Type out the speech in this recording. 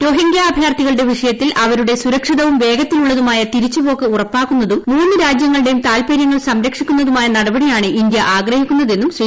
Rohingya അഭയാർത്ഥികളുടെ വിഷയത്തിൽ അവരുടെ സുരക്ഷിതവും വേഗത്തിലുമുള്ളതുമായ തിരിച്ചു പോക്ക് ഉറപ്പാക്കുന്നതും മൂന്നു രാജ്യങ്ങളൂട്ടെയും താല്പര്യങ്ങൾ സംരക്ഷിക്കുന്നതുമായ നടപടിയാണ്ട് ഇന്ത്യ് ആഗ്രഹിക്കുന്നതെന്നും ശ്രീ